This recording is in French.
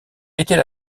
était